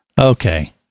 Okay